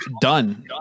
done